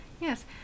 Yes